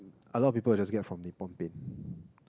a lot of people just get from Nippon-paint